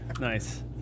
Nice